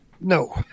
no